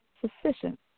sufficient